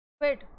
wait